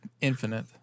infinite